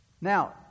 Now